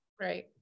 Right